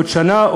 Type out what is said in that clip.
עוד שנה,